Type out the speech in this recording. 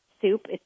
soup